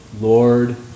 Lord